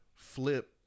Flip